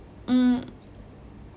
mm